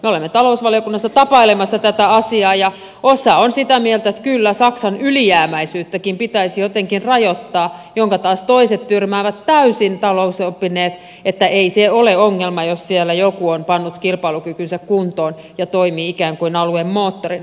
me olemme talousvaliokunnassa tapailemassa tätä asiaa ja osa on sitä mieltä että kyllä saksan ylijäämäisyyttäkin pitäisi jotenkin rajoittaa minkä taas toiset talousoppineet tyrmäävät täysin että ei se ole ongelma jos siellä joku on pannut kilpailukykynsä kuntoon ja toimii ikään kuin alueen moottorina